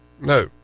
No